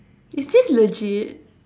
is this legit